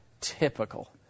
typical